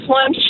one